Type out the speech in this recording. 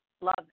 love